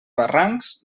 barrancs